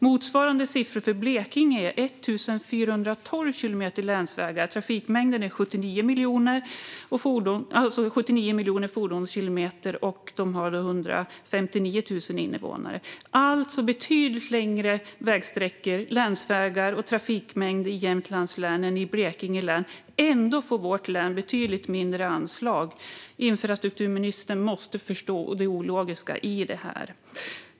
Motsvarande siffror för Blekinge är 1 412 kilometer länsvägar. Trafikmängden är 79 miljoner fordonskilometer, och länet har 159 000 invånare. Det är alltså betydligt längre länsvägssträckor och större trafikmängd i Jämtlands län än i Blekinge län. Ändå får vårt län betydligt mindre anslag. Infrastrukturministern måste förstå det ologiska i detta.